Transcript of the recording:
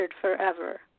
forever